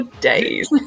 days